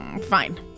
Fine